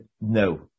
no